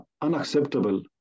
unacceptable